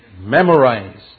memorized